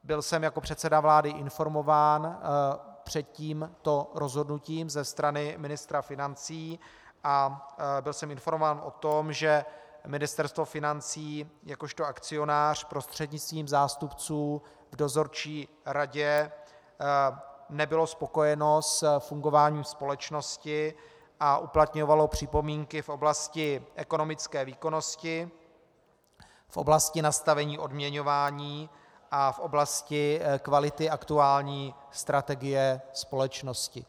Byl jsem jako předseda vlády informován před tímto rozhodnutím ze strany ministra financí a byl jsem informován o tom, že Ministerstvo financí jakožto akcionář prostřednictvím zástupců v dozorčí radě nebylo spokojeno s fungováním společnosti a uplatňovalo připomínky v oblasti ekonomické výkonnosti, v oblasti nastavení odměňování a v oblasti kvality aktuální strategie společnosti.